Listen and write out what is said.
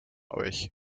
euch